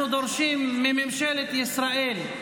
אנחנו דורשים מממשלת ישראל,